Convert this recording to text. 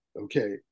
Okay